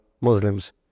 muslims